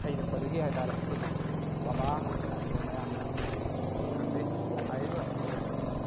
ꯍꯩꯔꯛꯄꯗꯒꯤ ꯍꯥꯏꯇꯔꯦ ꯍꯧꯖꯤꯛ ꯕꯥꯕꯥ ꯍꯥꯏꯔꯒ ꯃꯌꯥꯝꯅ ꯑꯗꯨꯃꯥꯏꯅ ꯈꯪꯅꯩ ꯍꯥꯏꯔꯤꯕ ꯂꯣꯟ